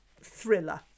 thriller